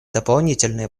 дополнительные